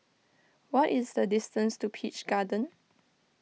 what is the distance to Peach Garden